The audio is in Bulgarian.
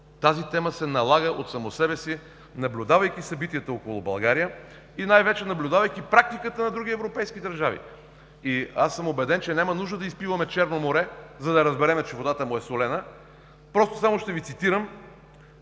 тази тема се налага от само себе си, наблюдавайки събитията около България, и най-вече наблюдавайки практиката на други европейски държави. Убеден съм, че няма нужда да изпиваме Черно море, за да разберем, че водата му е солена. Ще цитирам